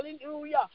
hallelujah